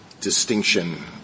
distinction